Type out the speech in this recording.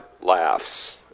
laughs